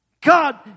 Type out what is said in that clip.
God